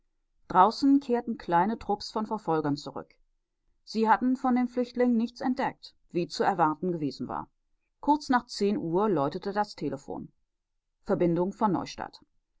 draußen kehrten kleine trupps von verfolgern zurück sie hatten von dem flüchtling nichts entdeckt wie zu erwarten gewesen war kurz nach zehn uhr läutete das telephon verbindung von